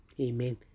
Amen